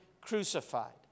crucified